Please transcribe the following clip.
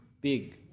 big